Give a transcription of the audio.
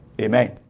Amen